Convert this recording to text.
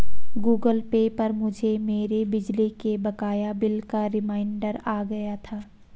Google Pay पर मुझे मेरे बिजली के बकाया बिल का रिमाइन्डर आ गया था